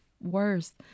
worse